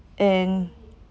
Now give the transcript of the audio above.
and